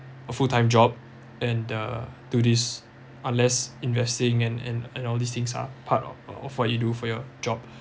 a full time job and uh do this unless investing and and and all these things are part of of what you do for your job